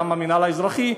וגם המינהל האזרחי,